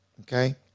Okay